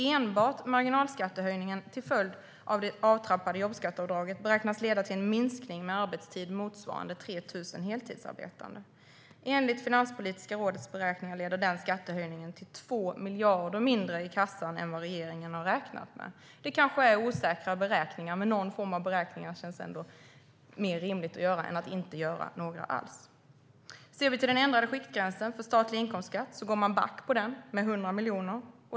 Enbart marginalskattehöjningen till följd av det avtrappade jobbskatteavdraget beräknas leda till en minskning i arbetstid motsvarande drygt 3 000 heltidsarbetande. Enligt Finanspolitiska rådets beräkningar leder skattehöjningen till 2 miljarder mindre i kassan än vad regeringen har räknat med. Det är kanske osäkra beräkningar, men det känns ändå rimligare att göra någon form av beräkningar än att inte göra några alls. Ser vi till den ändrade skiktgränsen för statlig inkomstskatt går man back på den med 100 miljoner.